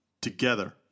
together